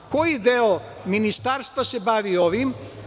Koji deo ministarstva se bavi ovim?